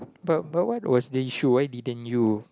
but but what was the issue why didn't you